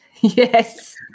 Yes